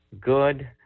good